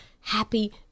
happy